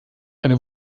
eine